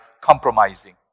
compromising